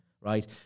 right